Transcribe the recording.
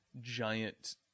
giant